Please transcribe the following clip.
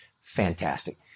fantastic